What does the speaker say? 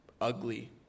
ugly